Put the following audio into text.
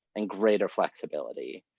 and greater flexibility,